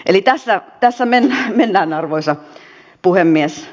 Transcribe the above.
eli tässä mennään arvoisa puhemies